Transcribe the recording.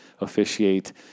officiate